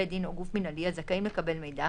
בית דין או גוף מינהלי הזכאים לקבל מידע